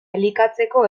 elikatzeko